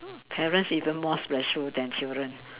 parents even more stressful than children